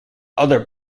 other